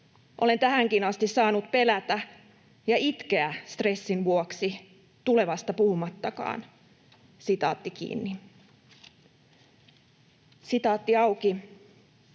Olen tähänkin asti saanut pelätä ja itkeä stressin vuoksi, tulevasta puhumattakaan.” ”En tiedä